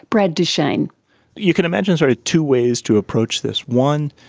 brad duchaine you can imagine sort of two ways to approach this. one,